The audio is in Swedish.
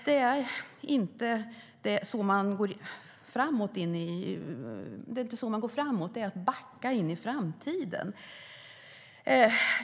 Det är inte så man går framåt, det är att backa in i framtiden.